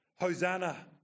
Hosanna